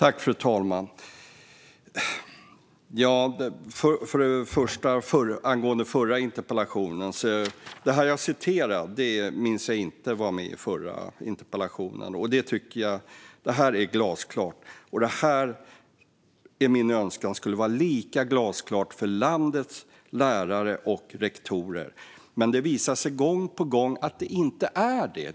Fru talman! Jag kan inte minnas att det som jag citerade skulle ha varit med i det förra interpellationssvaret, men jag tycker att det är glasklart. Min önskan är att det skulle vara lika glasklart för landets lärare och rektorer. Men det visar sig gång på gång att det inte är det.